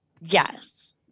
Yes